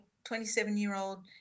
27-year-old